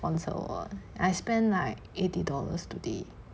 sponsor 我 I spend like eighty dollars today